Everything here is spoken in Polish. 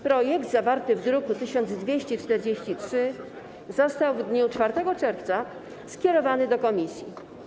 Projekt zawarty w druku nr 1243 został w dniu 4 czerwca skierowany do komisji.